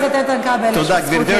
חבר הכנסת איתן כבל, יש לך זכות להתנגד.